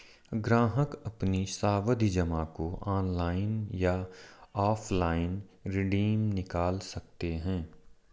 ग्राहक अपनी सावधि जमा को ऑनलाइन या ऑफलाइन रिडीम निकाल सकते है